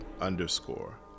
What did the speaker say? underscore